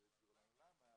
אבל